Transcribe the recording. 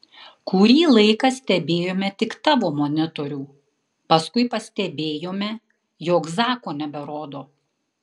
kurį laiką stebėjome tik tavo monitorių paskui pastebėjome jog zako neberodo